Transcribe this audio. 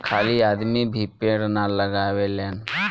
खाली आदमी भी पेड़ ना लगावेलेन